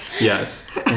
Yes